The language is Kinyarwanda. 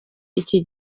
iki